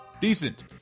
Decent